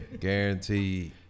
Guaranteed